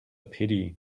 pity